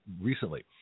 recently